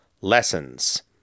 lessons